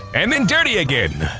and then dirty again!